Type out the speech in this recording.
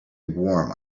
warm